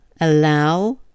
allow